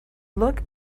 look